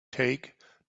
take